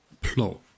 plot